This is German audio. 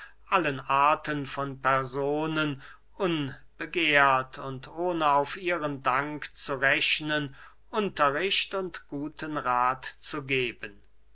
allen arten von personen unbegehrt und ohne auf ihren dank zu rechnen unterricht und guten rath zu geben